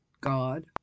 God